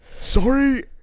sorry